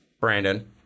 Brandon